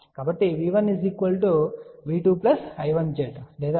కాబట్టి V1V2 I1Z లేదా I1Z −I2Z